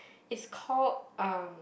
it's called um